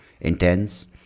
intense